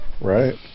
right